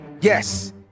Yes